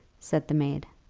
said the maid.